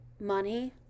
money